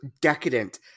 decadent